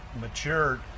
matured